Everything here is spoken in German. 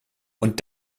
und